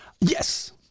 Yes